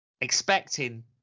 expecting